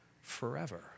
forever